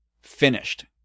finished